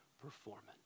performance